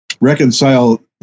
reconcile